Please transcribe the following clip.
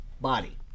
body